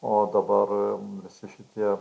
o dabar visi šitie